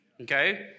Okay